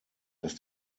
dass